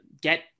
get